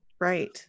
Right